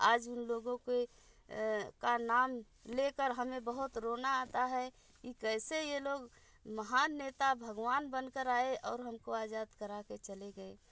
आज उन लोगों के का नाम ले कर हमें बहोत रोना आता है कि कैसे ये लोग महान नेता भगवान बन कर आए और हम को आज़ाद करा के चले गए